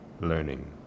learning